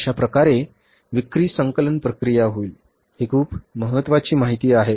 अशाप्रकारे विक्री संकलन प्रक्रिया होईल ही खूप महत्वाची माहिती आहे